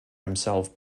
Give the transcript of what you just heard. himself